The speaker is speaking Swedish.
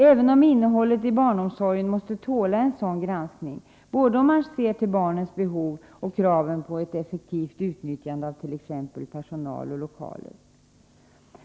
Även innehållet i barnomsorgen måste tåla en sådan granskning — både om man ser till barnens behov och kraven på ett effektivt utnyttjande av t.ex. personal och lokaler.